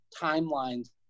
timelines